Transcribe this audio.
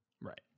Right